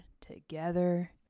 together